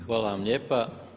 Hvala vam lijepa.